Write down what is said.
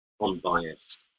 unbiased